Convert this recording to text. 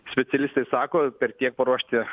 specialistai sako per tiek paruošti